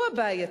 הוא הבעייתי.